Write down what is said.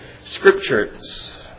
scriptures